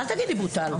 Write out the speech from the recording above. אל תגידי בוטל.